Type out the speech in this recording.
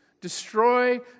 destroy